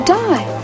die